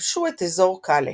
וכבשו את אזור קאלה.